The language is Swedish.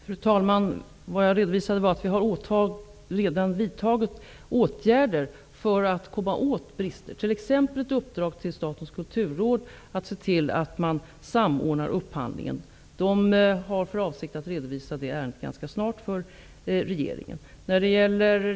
Fru talman! Det jag redovisade var att vi redan har vidtagit åtgärder för att komma åt brister, t.ex. ett uppdrag till Statens kulturråd att se till att man samordnar upphandlingen. De har för avsikt att redovisa det ärendet ganska snart för regeringen.